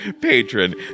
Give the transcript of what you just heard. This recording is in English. patron